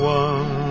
one